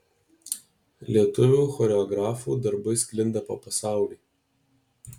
lietuvių choreografų darbai sklinda po pasaulį